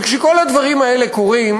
וכשכל הדברים האלה קורים,